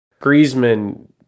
Griezmann